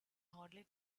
hardly